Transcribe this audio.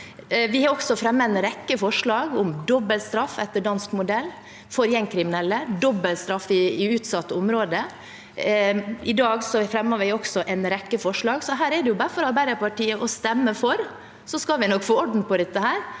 Vi har også fremmet en rekke forslag, bl.a. om dobbelt straff etter dansk modell for gjengkriminelle, dobbelt straff i utsatte områder. I dag fremmer vi også en rekke forslag. Det er bare for Arbeiderpartiet å stemme for, så skal vi nok få orden på dette.